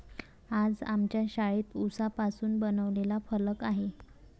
आज आमच्या शाळेत उसापासून बनवलेला फलक आहे